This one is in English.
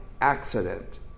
accident